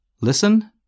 Listen